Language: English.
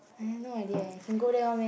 I have no idea eh can go there one meh